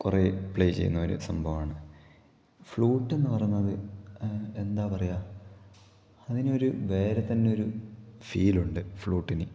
കുറെ പ്ലേ ചെയ്യുന്നൊരു സംഭവമാണ് ഫ്ലുട്ടെന്ന് പറയുന്നത് എന്താ പറയുക അതിനൊരു വേറെ തന്നെ ഒരു ഫീലുണ്ട് ഫ്ലുട്ടിന്